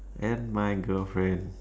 and my girlfriend